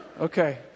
Okay